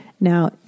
Now